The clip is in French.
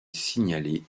signalés